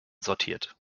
sortiert